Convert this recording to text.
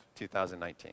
2019